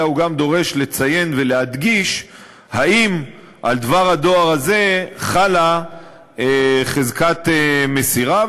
אלא הוא גם דורש לציין ולהדגיש אם על דבר הדואר הזה חלה חזקת מסירה,